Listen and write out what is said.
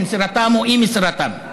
במסירתם או אי-מסירתם.